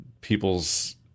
People's